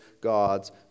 God's